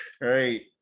Right